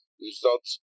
results